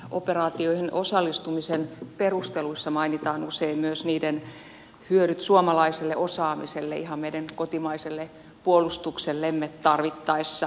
kriisinhallintaoperaatioihin osallistumisen perusteluissa mainitaan usein myös niiden hyödyt suomalaiselle osaamiselle ihan meidän kotimaiselle puolustuksellemme tarvittaessa